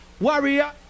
Warrior